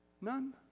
None